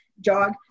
jog